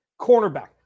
cornerback